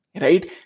right